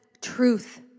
truth